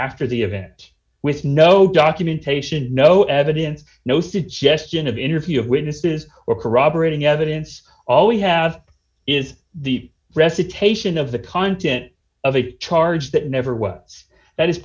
after the events with no documentation no evidence no suggestion of interview of witnesses or corroborating evidence all we have is the recitation of the content of a charge that never well that is